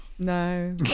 No